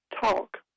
talk